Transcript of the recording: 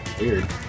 Weird